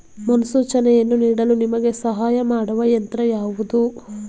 ಮುನ್ಸೂಚನೆಯನ್ನು ನೀಡಲು ನಿಮಗೆ ಸಹಾಯ ಮಾಡುವ ಯಂತ್ರ ಯಾವುದು?